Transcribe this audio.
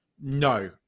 No